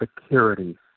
security